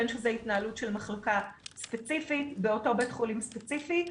בין שזה התנהלות של מחלקה ספציפית באותו בית חולים ספציפי,